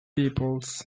peoples